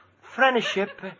friendship